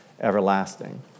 everlasting